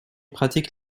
pratique